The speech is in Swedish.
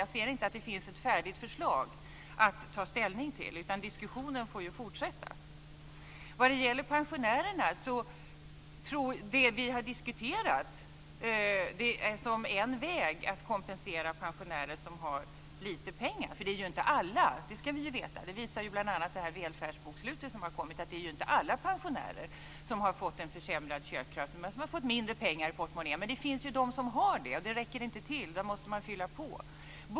Jag ser inte att det finns ett färdigt förslag att ta ställning till. Diskussionen får fortsätta. Sedan gällde det att kompensera de pensionärer som har lite pengar. Detta gäller dock inte alla; det ska vi veta. Bl.a. det välfärdsbokslut som har kommit visar att inte alla pensionärer har fått försämrad köpkraft och mindre pengar i portmonnän. Men det finns ju de som har det, för vilka det inte räcker till. Där måste man fylla på.